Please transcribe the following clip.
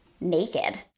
naked